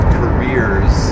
careers